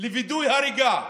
לווידוא הריגה,